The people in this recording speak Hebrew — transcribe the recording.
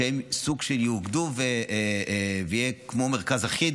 שהם סוג-של יאוגדו ויהיה כמו מרכז אחיד,